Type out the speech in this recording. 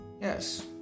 Yes